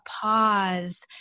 pause